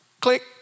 Click